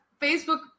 Facebook